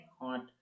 hot